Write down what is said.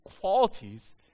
qualities